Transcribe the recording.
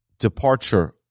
departure